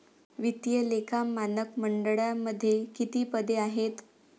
वित्तीय लेखा मानक मंडळामध्ये किती पदे आहेत?